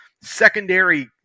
secondary